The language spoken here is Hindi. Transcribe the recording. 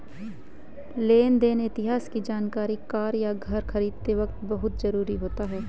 लेन देन इतिहास की जानकरी कार या घर खरीदते वक़्त बहुत जरुरी होती है